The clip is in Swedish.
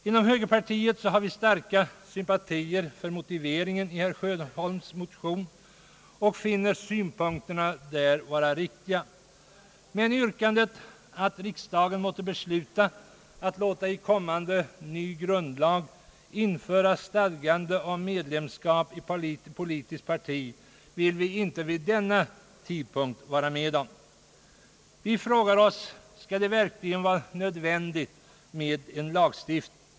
Inom högerpartiet har vi starka sympatier för motiveringen i herr Sjöholms motion och finner hans synpunkter vara riktiga. Men yrkandet, att riksdagen måtte besluta att låta i kommande ny grundlag införa stadgande om medlem skap i politiskt parti, vill vi inte vara med om vid denna tidpunkt. Vi frågar oss om det verkligen skall vara nödvändigt med en lagstiftning?